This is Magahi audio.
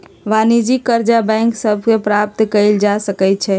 वाणिज्यिक करजा बैंक सभ से प्राप्त कएल जा सकै छइ